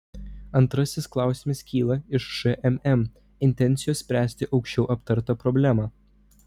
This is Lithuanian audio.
antrasis klausimas kyla iš šmm intencijos spręsti aukščiau aptartą problemą